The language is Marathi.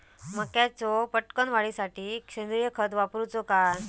मक्याचो पटकन वाढीसाठी सेंद्रिय खत वापरूचो काय?